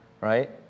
right